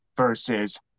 versus